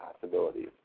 possibilities